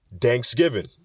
thanksgiving